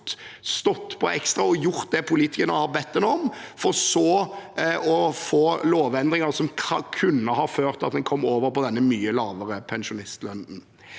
stått på ekstra og gjort det politikerne har bedt dem om, for så å få lovendringer som kunne ha ført til at de kom over på denne mye lavere pensjonistlønnen.